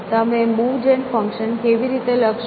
તમે move gen function કેવી રીતે લખશો